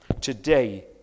Today